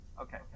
Okay